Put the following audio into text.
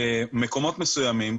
במקומות מסוימים,